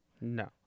No